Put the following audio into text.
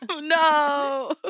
no